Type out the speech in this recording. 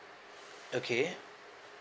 okay